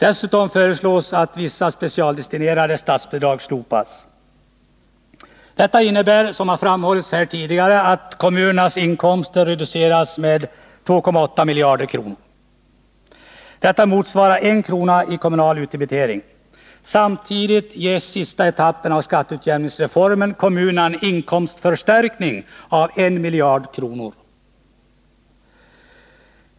Dessutom föreslås att vissa specialdestinerade statsbidrag slopas. Detta innebär, såsom framhållits här tidigare, att kommunernas inkomster reduceras med 2,8 miljarder kronor. Det motsvarar 1 kr. i kommunal utdebitering. Samtidigt ger sista etappen av skatteutjämningsreformen kommunerna en inkomstförstärkning av 1 miljard kronor.